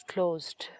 Closed